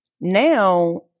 Now